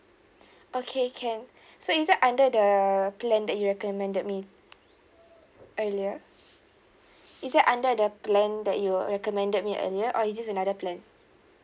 okay can so is that under the plan that you recommended me earlier is it under the plan that you were recommended me earlier or is this another plan